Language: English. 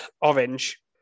Orange